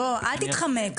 בוא, אל תתחמק.